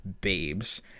babes